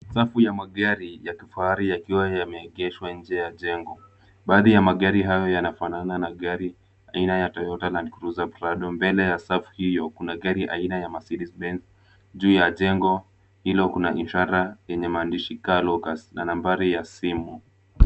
Safu ya magari ya kifahari yakiwa yameegeshwa nje ya jengo. Baadhi ya magari hayo yanafanana na gari aina ya Toyota Landcruiser Prado. Mbele ya safu hiyo kuna gari aina ya Mercedes Benz. Juu ya jengo hilo kuna ishara yenye maandishi car locus na nambari ya simu.